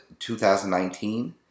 2019